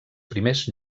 primers